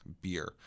beer